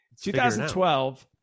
2012